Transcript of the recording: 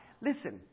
Listen